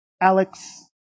Alex